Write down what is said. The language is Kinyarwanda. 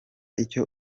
icyo